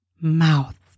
mouth